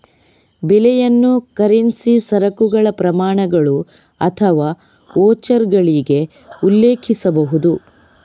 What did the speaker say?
ಬೆಲೆಯನ್ನು ಕರೆನ್ಸಿ, ಸರಕುಗಳ ಪ್ರಮಾಣಗಳು ಅಥವಾ ವೋಚರ್ಗಳಿಗೆ ಉಲ್ಲೇಖಿಸಬಹುದು